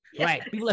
Right